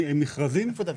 מכרזים.